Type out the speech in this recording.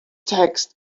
text